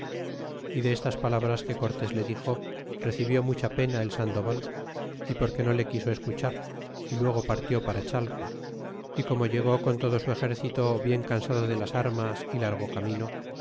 y de estas palabras que cortés le dixo recibió mucha pena el sandoval y porque no le quiso escuchar y luego partió para chalco y como llegó con todo su exercito bien cansado de las armas y largo camino